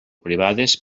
privades